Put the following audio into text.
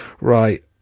right